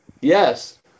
yes